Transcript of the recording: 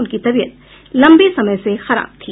उनकी तबियत लम्बे समय से खराब थी